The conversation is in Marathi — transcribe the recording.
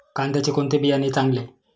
कांद्याचे कोणते बियाणे चांगले?